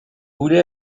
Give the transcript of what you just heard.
voulez